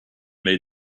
made